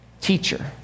teacher